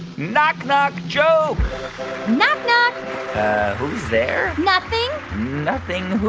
knock-knock joke knock knock who's there? nothing nothing who?